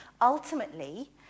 Ultimately